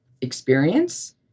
experience